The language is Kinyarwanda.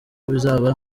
bizaba